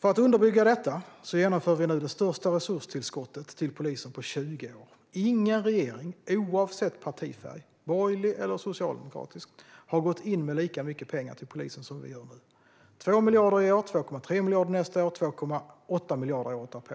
För att underbygga detta genomför vi nu det största resurstillskottet till polisen på 20 år. Ingen regering, oavsett partifärg - borgerlig eller socialdemokratisk - har gått in med lika mycket pengar till polisen som vi gör nu: 2 miljarder i år, 2,3 miljarder nästa år och 2,8 miljarder året därpå.